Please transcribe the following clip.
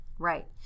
Right